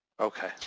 Okay